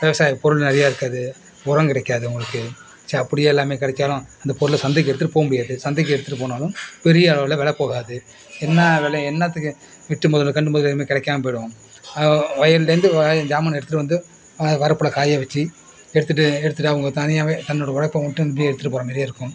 விவசாயப் பொருள் நிறையா இருக்காது உரம் கிடைக்காது அங்களுக்கு சரி அப்படியே எல்லாம் கிடச்சாலும் அந்தப் பொருளை சந்தைக்கு எடுத்துகிட்டு போகமுடியாது சந்தைக்கு எடுத்துகிட்டு போனாலும் பெரிய அளவில் வெலை போகாது என்ன வெலை என்னாத்துக்கு இட்டு மொதல் கன்று மொதல் எதுவுமே கிடைக்காம போய்விடும் வயல்லேருந்து வயல்லேந்து ஜாமானை எடுத்துகிட்டு வந்து அதே வரப்பில் காய வச்சு எடுத்துகிட்டு எடுத்துகிட்டு அவங்க தனியாகவே தன்னோடய உழைப்ப மட்டும் நம்பி எடுத்துகிட்டு போற மாரியே இருக்கும்